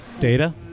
Data